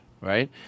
Right